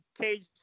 cage